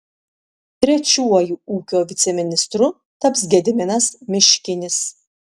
trečiuoju ūkio viceministru taps gediminas miškinis